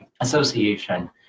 Association